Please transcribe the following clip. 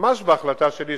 ממש בהחלטה שלי,